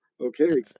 okay